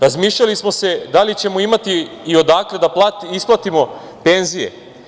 Razmišljali smo se da li ćemo imati i odakle da isplatimo penzije.